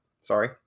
sorry